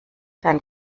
dann